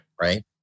Right